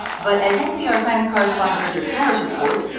but as npr science correspondent richard harris reports,